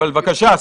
אבל, בבקשה.